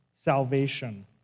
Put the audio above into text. salvation